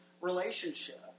relationship